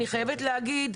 אני חייבת להגיד,